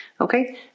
Okay